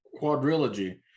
quadrilogy